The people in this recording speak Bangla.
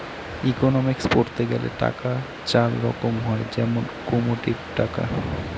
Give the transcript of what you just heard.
ইকোনমিক্স পড়তে গেলে টাকা চার রকম হয় যেমন কমোডিটি টাকা